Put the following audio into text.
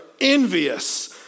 envious